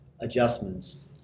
adjustments